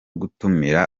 gutumira